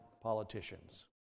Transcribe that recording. politicians